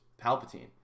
palpatine